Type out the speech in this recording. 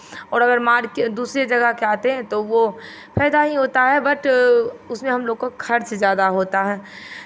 और अगर मार्केट दूसरी जगह के आते हैं तो वो फायदा ही होता है बट उसमें हम लोगों का खर्च ज़्यादा होता है